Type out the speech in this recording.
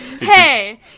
hey